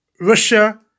Russia